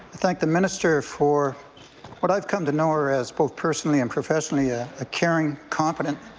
i thank the minister for what i've come to know her as both personally and professionally a ah caring, confident,